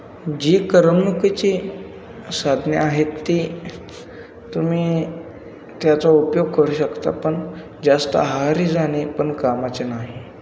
जी करमणुकीची साधने आहेत ती तुम्ही त्याचा उपयोग करू शकता पण जास्त आहारी जाणे पण कामाचे नाही